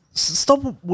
Stop